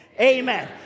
amen